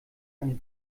eine